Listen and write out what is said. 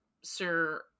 Sir